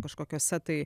kažkokiose tai